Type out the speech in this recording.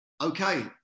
okay